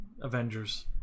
Avengers